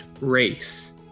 race